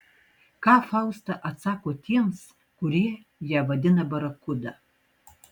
ką fausta atsako tiems kurie ją vadina barakuda